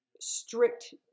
strict